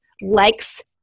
likes